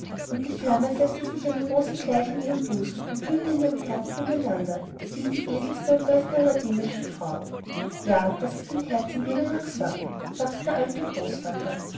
und die flamme setzte sich einer rose gleich an ihren busen und blühte mit ihrem herzen in einander sie die edelste und beste aller dänischen frauen ja das ist ein herz in dänemarks wappen sagte der alte großvater